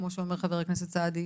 כמו שאומר חבר הכנסת סעדי,